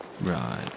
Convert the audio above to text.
Right